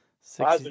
Six